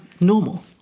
normal